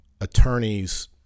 attorneys